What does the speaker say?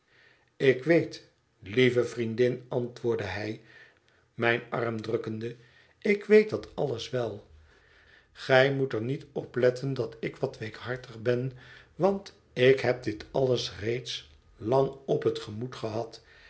ik weet lieve vriendin antwoordde hij mijn arm drukkende ik weet dat alles wel gij moet er niet op letten dat ik wat weekhartig ben want ik heb dit alles reeds lang op het gemoed